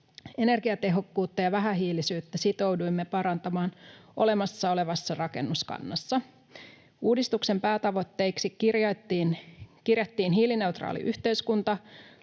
Energiatehokkuutta ja vähähiilisyyttä sitouduimme parantamaan olemassa olevassa rakennuskannassa. Uudistuksen päätavoitteiksi kirjattiin hiilineutraali yhteiskunta,